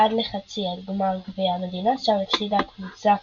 עד לחצי גמר גביע המדינה, שם הפסידה הקבוצה